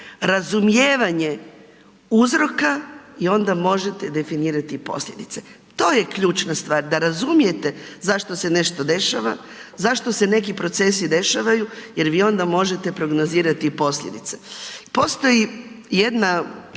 razumijevanje uzroka i onda možete definirati posljedice. To je ključna stvar da razumijete zašto se nešto dešava, zašto se neki procesi dešavaju jer vi onda možete prognozirati i posljedice. Postoji jedna